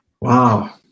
wow